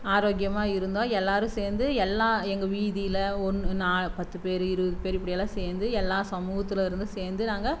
ஆரோக்கியமாக இருந்தோம் எல்லோரும் சேர்ந்து எல்லாம் எங்கள் வீதியில் ஒன்று பத்து பேர் இருபது பேர் இப்படி எல்லாம் சேர்ந்து எல்லா சமூகத்தில் இருந்து சேர்ந்து நாங்கள்